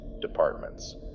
departments